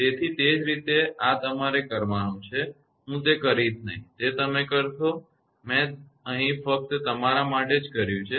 તેથી તે જ રીતે આ તમારે કરવાનું છે હું તે કરીશ નહીં તે તમે કરશો મેં તે અહીં ફક્ત તમારા માટે જ કર્યું છે